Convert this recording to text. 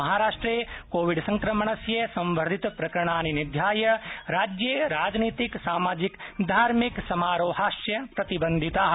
महाराष्ट्रे कोविड संक्रमणस्य संवर्धित प्रकरणानि निध्याय राज्ये राजनीतिक सामाजिक धार्मिक समारोहाश्च प्रतिबंधिता